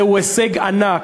זהו הישג ענק.